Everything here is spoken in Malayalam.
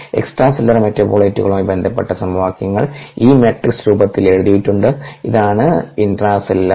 എക്സ്ട്രാ സെല്ലുലാർ മെറ്റബോളിറ്റുകളുമായി ബന്ധപ്പെട്ട സമവാക്യങ്ങൾ ഈ മാട്രിക്സ് രൂപത്തിൽ എഴുതിയിട്ടുണ്ട് ഇതാണ് ഇൻട്രാ സെല്ലുലാർ